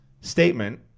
statement